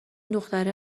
دختره